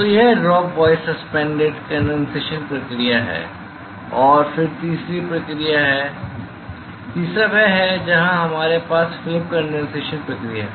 तो यह drop wise suspended condensation प्रक्रिया है और फिर तीसरी प्रक्रिया है तीसरा वह है जहां हमारे पास फिल्म कंडेनसेशन प्रक्रिया है